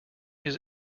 his